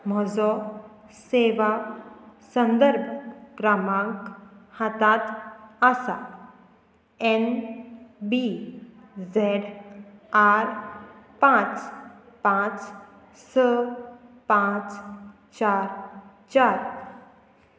म्हजो सेवा संदर्भ क्रमांक हातांत आसा एन बी झॅड आर पांच पांच स पांच चार चार